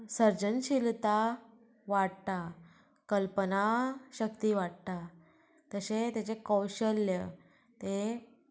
सर्जनशिलता वाडटा कल्पना शक्ती वाडटा तशें ताजें कौशल्य तें